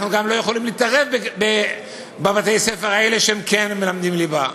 אנחנו גם לא יכולים להתערב בבתי-ספר האלה שכן מלמדים ליבה.